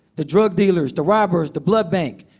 the drug dealers, the robbers, the blood bank.